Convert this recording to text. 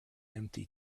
empty